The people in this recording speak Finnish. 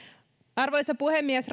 arvoisa puhemies